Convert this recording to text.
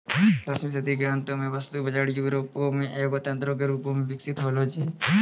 दसवीं सदी के अंतो मे वस्तु बजार यूरोपो मे एगो तंत्रो के रूपो मे विकसित होय छलै